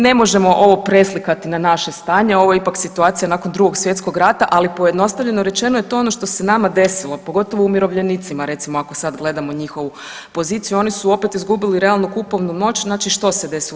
Ne možemo ovo preslikati na naše stanje, ovo je ipak situacija nakon Drugog svjetskog rata, ali pojednostavljeno rečeno je to ono što se nama desilo, pogotovo umirovljenicima recimo ako sad gledamo njihovu poziciju, oni su opet izgubili realnu kupovnu moć, znači što se desilo?